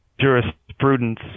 jurisprudence